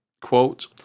quote